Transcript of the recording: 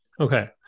Okay